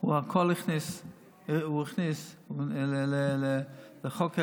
והכניס הכול לחוק ההסדרים.